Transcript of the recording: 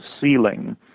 ceiling